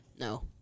No